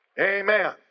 Amen